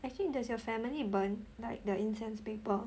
actually does your family burn like the incense paper